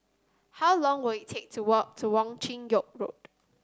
how long will it take to walk to Wong Chin Yoke Road